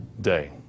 day